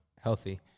healthy